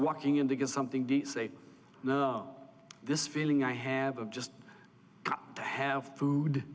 walking in to get something the say no this feeling i have of just got to have food